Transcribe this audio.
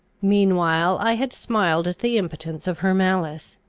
meanwhile i had smiled at the impotence of her malice,